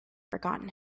forgotten